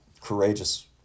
courageous